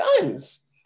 guns